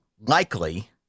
likely